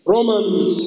Romans